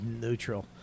neutral